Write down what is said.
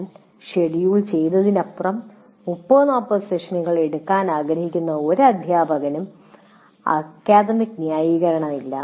എന്നാൽ ഷെഡ്യൂൾ ചെയ്തതിനപ്പുറം 30 40 സെഷനുകൾ എടുക്കാൻ ആഗ്രഹിക്കുന്ന ഒരു അധ്യാപകനും അക്കാദമിക് ന്യായീകരണമില്ല